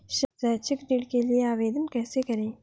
शैक्षिक ऋण के लिए आवेदन कैसे करें?